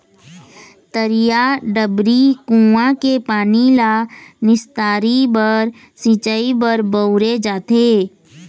तरिया, डबरी, कुँआ के पानी ल निस्तारी बर, सिंचई बर बउरे जाथे